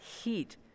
heat